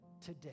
today